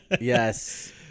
Yes